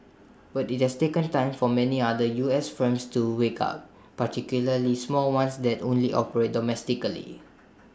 but IT has taken time for many other U S firms to wake up particularly small ones that only operate domestically